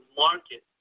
market